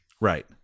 Right